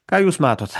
ką jūs matot